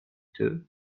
two